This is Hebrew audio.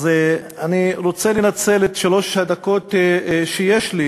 אז אני רוצה לנצל את שלוש הדקות שיש לי